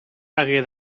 hagué